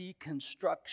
deconstruction